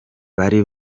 bari